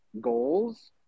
goals